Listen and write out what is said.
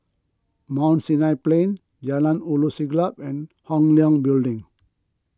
Mount Sinai Plain Jalan Ulu Siglap and Hong Leong Building